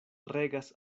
regas